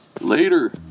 Later